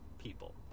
People